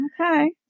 Okay